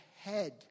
head